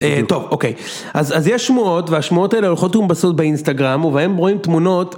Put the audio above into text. טוב אוקיי, אז יש שמועות, והשמועות האלה הולכות ומתבססות באינסטגרם, ובהן רואים תמונות...